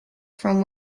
from